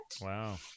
Wow